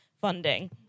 funding